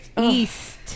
East